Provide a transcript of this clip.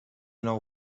nou